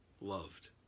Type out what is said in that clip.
loved